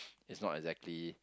it's not exactly